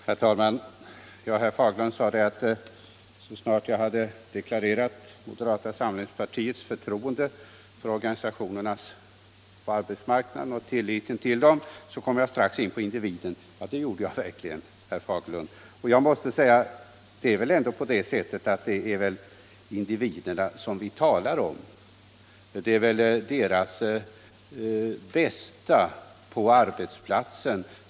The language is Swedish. Herr talman! Herr Fagerlund sade att så snart jag hade deklarerat moderata samlingspartiets förtroende för organisationerna på arbetsmarknaden och tilliten till dem kom jag strax in på individen. Ja, det gjorde jag, herr Fagerlund, och jag måste säga att det är just individerna och deras förhållanden på arbetsplatsen som vi talar om.